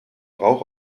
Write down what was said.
rauch